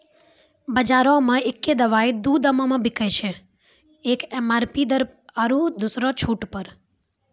बजारो मे एक्कै दवाइ दू दामो मे बिकैय छै, एक एम.आर.पी दर आरु दोसरो छूट पर